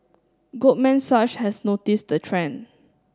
Goldman Sachs has noticed the trend